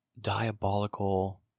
diabolical